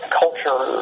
culture